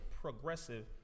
progressive